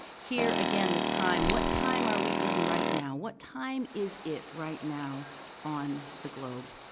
here again, the time, what time are we in right now? what time is it right now on the globe?